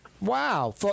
Wow